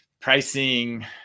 pricing